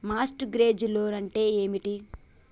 Mart gauge loan అంటే ఏమిటి?